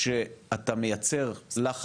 כי המשמעות של ארגון עובדים זה שאתה מייצר לחץ,